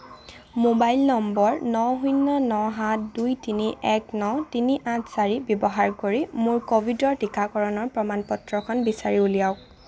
mobile নম্বৰ ন শূন্য ন সাত দুই তিনি এক ন তিনি আঠ চাৰি ব্যৱহাৰ কৰি মোৰ ক'ভিডৰ টিকাকৰণৰ প্ৰমাণ পত্ৰখন বিচাৰি উলিয়াওক